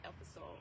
episode